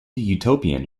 utopian